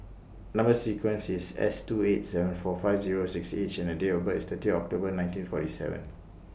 Number sequence IS S two eight seven four five Zero six H and Date of birth IS thirty October nineteen forty seven